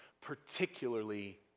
particularly